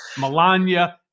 Melania